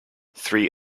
three